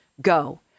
go